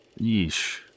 Yeesh